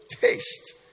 taste